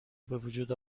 بوجود